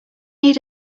need